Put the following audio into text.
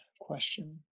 question